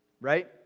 right